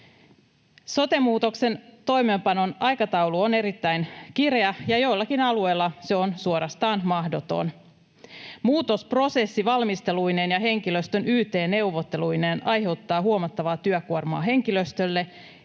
Sote-muutoksen toimeenpanon aikataulu on erittäin kireä, ja joillakin alueilla se on suorastaan mahdoton. Muutosprosessi valmisteluineen ja henkilöstön yt-neuvotteluineen aiheuttaa huomattavaa työkuormaa henkilöstölle,